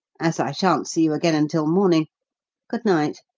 as i shan't see you again until morning good-night.